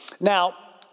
Now